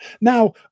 Now